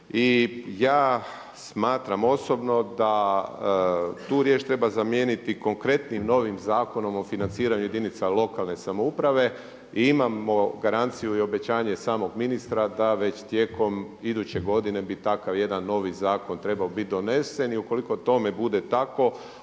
i ja smatram osobno da tu riječ treba zamijeniti konkretnim novim Zakonom o financiranju jedinica lokalne samouprave i imamo garanciju i obećanje samog ministra da već tijekom iduće godine bi takav jedan novi zakon trebao biti donesen. I ukoliko tome bude tako